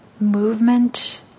movement